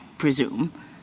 presume